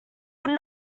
would